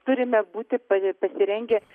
turime būti pa pasirengęs